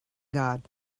god